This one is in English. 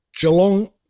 Geelong